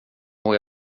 och